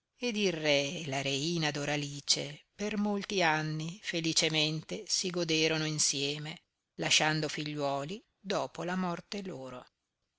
ed il re e la reina doralice per molti anni felicemente si goderono insieme lasciando figliuoli dopo la morte loro